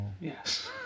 Yes